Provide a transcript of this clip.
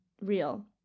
real